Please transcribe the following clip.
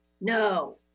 No